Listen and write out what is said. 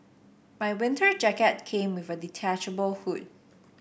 my winter jacket came with a detachable hood